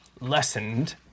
lessened